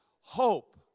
hope